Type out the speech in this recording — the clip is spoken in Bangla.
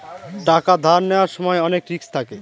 টাকা ধার নেওয়ার সময় অনেক রিস্ক থাকে